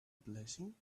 blessing